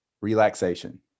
relaxation